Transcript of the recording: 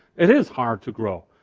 it is hard to grow.